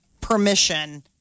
permission